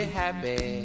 happy